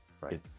Right